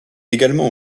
également